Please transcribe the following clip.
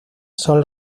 son